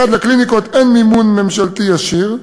1. לקליניקות אין מימון ממשלתי ישיר.